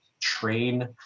train